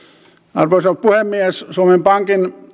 arvoisa puhemies suomen pankin